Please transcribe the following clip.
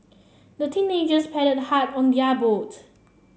the teenagers paddled hard on their boat